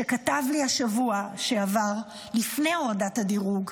שכתב לי בשבוע שעבר, לפני הורדת הדירוג,